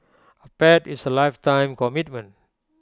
A pet is A lifetime commitment